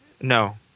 No